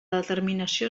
determinació